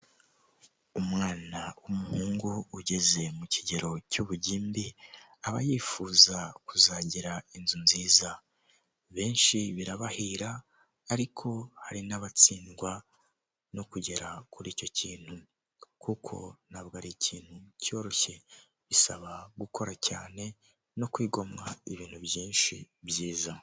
Umwana w'umuhungu ugeze mu kigero cy'ubugimbi aba yifuza kuzagira inzu nziza benshi birabahira ariko hari n'abatsindwa no kugera kuri icyo kintu kuko ntabwo ari ikintu cyoroshye bisaba gukora cyane no kwigomwa ibintu byinshi byiza.